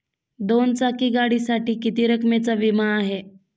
दोन चाकी गाडीसाठी किती रकमेचा विमा आहे?